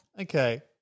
Okay